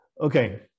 Okay